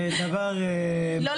זה דבר --- לא,